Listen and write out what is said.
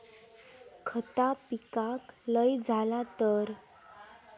खता पिकाक लय झाला तर?